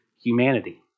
humanity